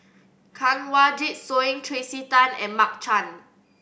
Kanwaljit Soin Tracey Tan and Mark Chan